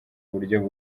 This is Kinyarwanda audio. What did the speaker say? buryo